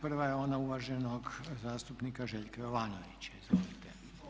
Prva je ona uvaženog zastupnika Željka Jovanovića, izvolite.